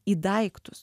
į daiktus